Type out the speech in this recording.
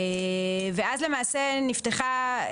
ואז למעשה נפתחה,